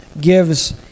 gives